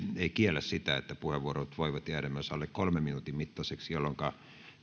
ei kiellä sitä että puheenvuorot voivat jäädä myös alle kolmen minuutin mittaisiksi jolloinka